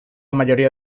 mayoría